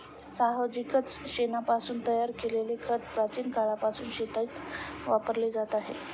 साहजिकच शेणापासून तयार केलेले खत प्राचीन काळापासून शेतीत वापरले जात आहे